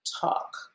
talk